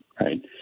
right